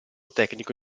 tecnico